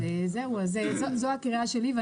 זו הקריאה שלי.